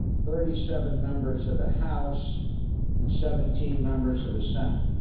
thirty seven members of the house and seventeen members of the senate.